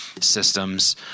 systems